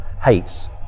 hates